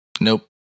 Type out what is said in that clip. Nope